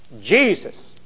Jesus